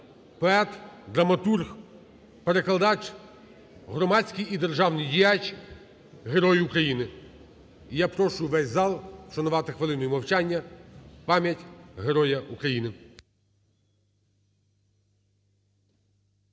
поет, драматург, перекладач, громадський і державний діяч, Герой України. І я прошу весь зал вшанувати хвилиною мовчання пам'ять Героя України.